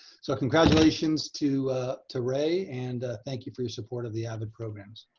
so congratulations to to rea and thank you for your support of the avid programs.